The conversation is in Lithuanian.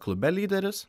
klube lyderis